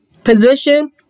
Position